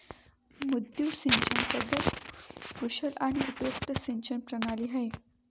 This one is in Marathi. मुद्दू सिंचन सगळ्यात कुशल आणि उपयुक्त सिंचन प्रणाली आहे